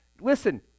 Listen